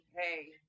hey